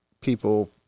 people